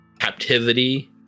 captivity